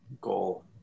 Goal